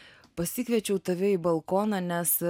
pasikviečiau tave į balkoną nes